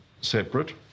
separate